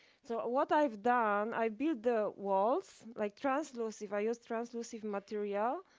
so what i've done, i build the walls like translucent, i used translucent material,